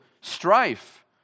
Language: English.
strife